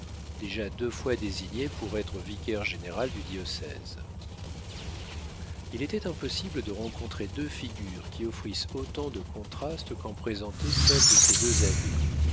déjà deux fois désigné pour être vicaire-général du diocèse il était impossible de rencontrer deux figures qui offrissent autant de contrastes qu'en présentaient celles de ces deux abbés